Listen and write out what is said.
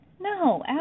No